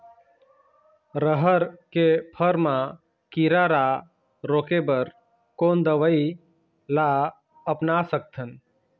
रहर के फर मा किरा रा रोके बर कोन दवई ला अपना सकथन?